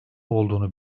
olduğunu